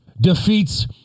defeats